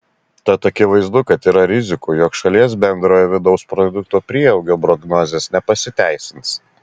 tad akivaizdu kad yra rizikų jog šalies bendrojo vidaus produkto prieaugio prognozės nepasiteisins